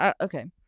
okay